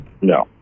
No